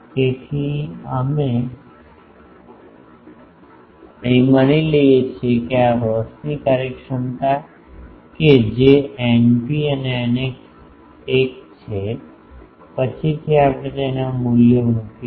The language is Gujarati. તેથી અમે માની લઈએ છીએ કે આ રોશની કાર્યક્ષમતા કે જે ηp અને ηx એક છે પછીથી આપણે તેમના મૂલ્યો મૂકીશું